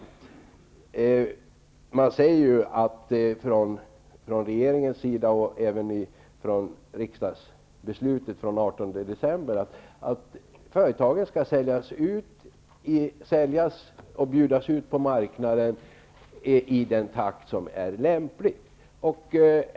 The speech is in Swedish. Regeringen säger ju, och det står även i riksdagsbeslutet av den 18 december, att företagen kan säljas och bjudas ut på marknaden i den takt som är lämplig.